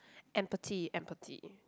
empathy empathy